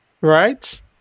right